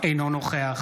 אינו נוכח